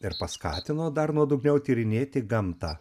ir paskatino dar nuodugniau tyrinėti gamtą